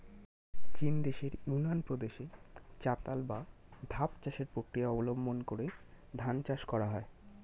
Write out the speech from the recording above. চীনদেশের ইউনান প্রদেশে চাতাল বা ধাপ চাষের প্রক্রিয়া অবলম্বন করে ধান চাষ করা হয়